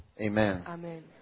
Amen